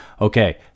Okay